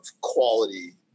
quality